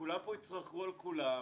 וכולם פה יצרחו על כולם,